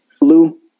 Lou